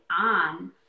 on